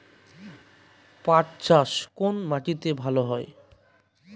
পাট চাষ কোন মাটিতে ভালো হয়?